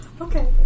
Okay